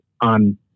on